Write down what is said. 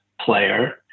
player